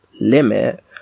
limit